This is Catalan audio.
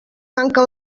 tanca